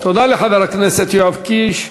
תודה לחבר הכנסת יואב קיש.